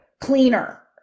cleaner